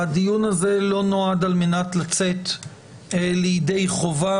הדיון הזה לא נועד על מנת לצאת ידי חובה